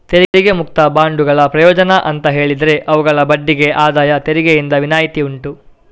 ತೆರಿಗೆ ಮುಕ್ತ ಬಾಂಡುಗಳ ಪ್ರಯೋಜನ ಅಂತ ಹೇಳಿದ್ರೆ ಅವುಗಳ ಬಡ್ಡಿಗೆ ಆದಾಯ ತೆರಿಗೆಯಿಂದ ವಿನಾಯಿತಿ ಉಂಟು